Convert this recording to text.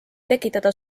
tekitada